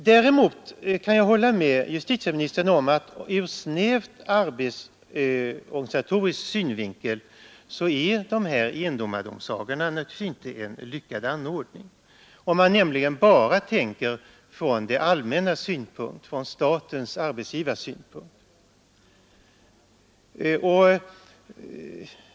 Däremot kan jag hålla med justitieministern om att ur snäv arbetsorganisatorisk synvinkel är dessa endomaredomsagor naturligtvis inte en lyckad anordning, om man nämligen bara ser det från det allmännas, dvs. statens synpunkt.